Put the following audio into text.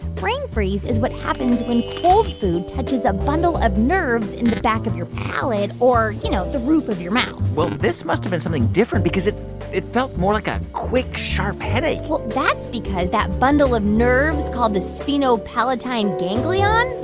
brain freeze is what happens when cold food touches a bundle of nerves in the back of your palate or, you know, the roof of your mouth well, this must have been something different because it it felt more like a quick, sharp headache well, that's because that bundle of nerves called the sphenopalatine ganglion.